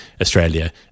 australia